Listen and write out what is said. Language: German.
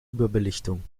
überbelichtung